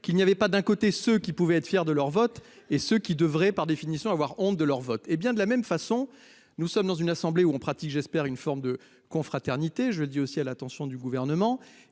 qu'il n'y avait pas d'un côté ceux qui pouvaient être fiers de leur vote et ce qui devrait, par définition, avoir honte de leur vote. Hé bien de la même façon. Nous sommes dans une assemblée où on pratique j'espère une forme de confraternité je dis aussi à l'attention du gouvernement.